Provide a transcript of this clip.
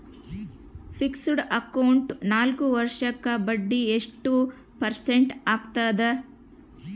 Fixed account ನಾಲ್ಕು ವರ್ಷಕ್ಕ ಬಡ್ಡಿ ಎಷ್ಟು ಪರ್ಸೆಂಟ್ ಆಗ್ತದ?